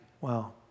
Wow